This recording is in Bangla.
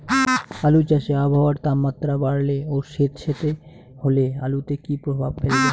আলু চাষে আবহাওয়ার তাপমাত্রা বাড়লে ও সেতসেতে হলে আলুতে কী প্রভাব ফেলবে?